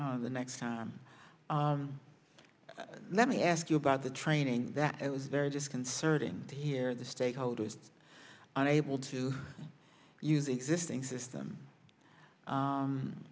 c the next time let me ask you about the training that it was very disconcerting to hear the stakeholders unable to use existing system